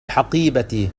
حقيبتي